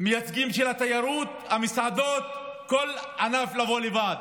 המייצגים של התיירות, המסעדות, כל ענף לבוא לבד.